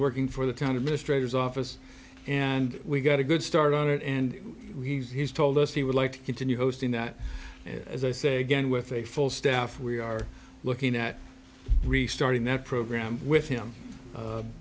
working for the town administrators office and we got a good start on it and he's told us he would like to continue hosting that as i say again with a full staff we are looking at restarting that program with him